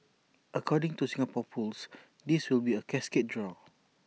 according to Singapore pools this will be A cascade draw